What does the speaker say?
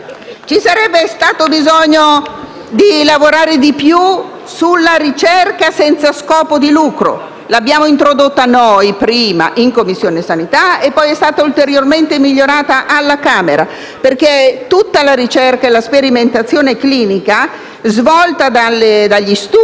Ci sarebbe stato bisogno di lavorare di più sulla ricerca senza scopo di lucro: l'abbiamo introdotta noi, prima, in Commissione igiene e sanità e poi è stata ulteriormente migliorata alla Camera dei deputati, perché tutta la ricerca e la sperimentazione clinica, svolta dagli studi